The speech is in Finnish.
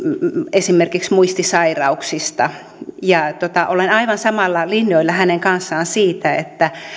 esimerkiksi muistisairauksista ja olen aivan samalla linjalla hänen kanssaan siitä että